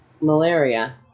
malaria